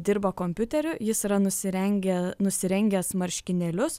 dirba kompiuteriu jis yra nusirengę nusirengęs marškinėlius